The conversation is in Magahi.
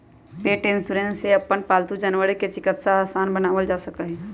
पेट इन्शुरन्स से अपन पालतू जानवर के चिकित्सा आसान बनावल जा सका हई